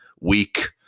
weak